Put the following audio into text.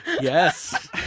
Yes